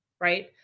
Right